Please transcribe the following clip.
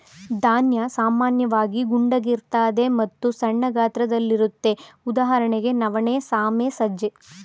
ಧಾನ್ಯ ಸಾಮಾನ್ಯವಾಗಿ ಗುಂಡಗಿರ್ತದೆ ಮತ್ತು ಸಣ್ಣ ಗಾತ್ರದಲ್ಲಿರುತ್ವೆ ಉದಾಹರಣೆಗೆ ನವಣೆ ಸಾಮೆ ಸಜ್ಜೆ